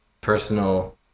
personal